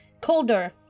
colder